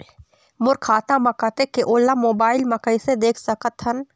मोर खाता म कतेक हे ओला मोबाइल म कइसे देख सकत हन?